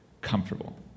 comfortable